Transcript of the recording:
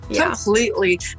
completely